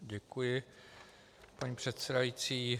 Děkuji, paní předsedající.